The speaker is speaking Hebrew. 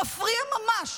מפריע ממש,